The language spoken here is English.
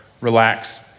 relax